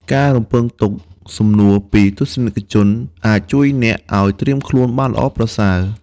ការរំពឹងទុកសំណួរពីទស្សនិកជនអាចជួយអ្នកឱ្យត្រៀមខ្លួនបានល្អប្រសើរ។